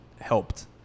helped